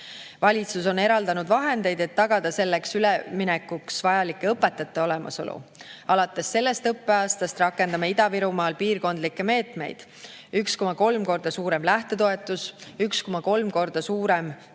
Valitsus on eraldanud vahendeid, et tagada selleks üleminekuks vajalike õpetajate olemasolu. Alates sellest õppeaastast rakendame Ida-Virumaal piirkondlikke meetmeid: 1,3 korda suurem lähtetoetus, 1,3 korda suurem